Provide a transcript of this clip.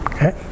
Okay